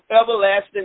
everlasting